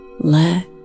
let